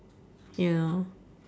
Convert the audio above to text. you know